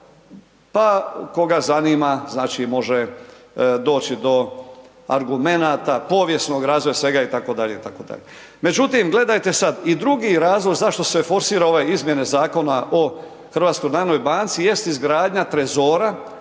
pa koga zanima znači može doći do argumenata, povijesnog razvoja sveg itd., itd. Međutim, gledajte sad i drugi razlog zašto se forsira ove izmjene Zakona o HNB-u jest izgradnja trezora,